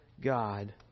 God